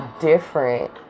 different